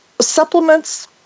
supplements